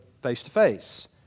face-to-face